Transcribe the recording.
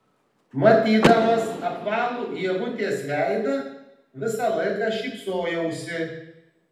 matydamas apvalų ievutės veidą visą laiką šypsojausi